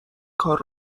کار